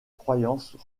croyances